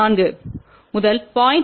14 முதல் 0